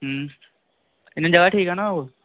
इ'यां जगह ठीक ऐ ना ओह्